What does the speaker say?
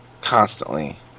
constantly